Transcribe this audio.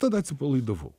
tada atsipalaidavau